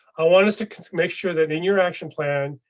i want us to make sure that in your action plan,